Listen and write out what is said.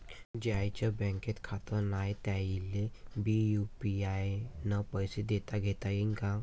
ज्याईचं बँकेत खातं नाय त्याईले बी यू.पी.आय न पैसे देताघेता येईन काय?